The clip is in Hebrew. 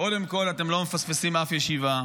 קודם כול, אתם לא מפספסים אף ישיבה,